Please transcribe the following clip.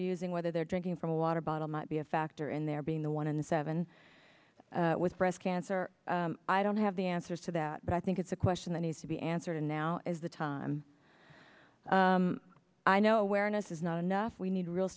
using whether they're drinking from a water bottle might be a factor in their being the one in seven with breast cancer i don't have the answers to that but i think it's a question that needs to be answered and now is the time i know awareness is not enough we need real